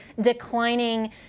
declining